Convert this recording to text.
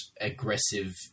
aggressive